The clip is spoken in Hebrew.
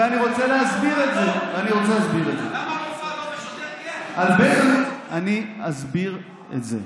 ואני רוצה להסביר את זה, למה, אני אסביר את זה.